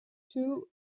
too